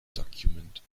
document